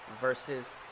versus